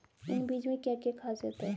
इन बीज में क्या क्या ख़ासियत है?